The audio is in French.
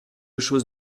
chose